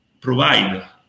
provide